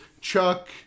Chuck